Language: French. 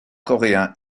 coréens